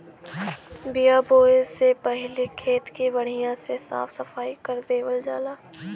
बिया बोये से पहिले खेत के बढ़िया से साफ सफाई कर देवल जाला